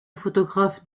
photographe